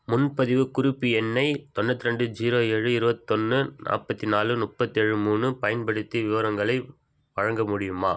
முன்பதிவுக் குறிப்பு எண்ணைத் தொண்ணூத்ரெண்டு ஜீரோ ஏழு இருபத்தொன்னு நாற்பத்தி நாலு முப்பத்தி ஏழு மூணு பயன்படுத்தி விவரங்களை வழங்க முடியுமா